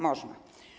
Można.